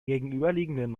gegenüberliegenden